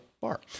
bar